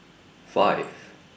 five